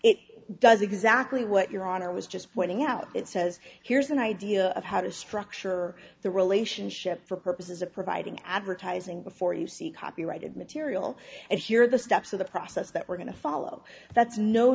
it does exactly what your honor was just pointing out it says here's an idea of how to structure the relationship for purposes of providing advertising before you see copyrighted material and here are the steps of the process that we're going to follow that's no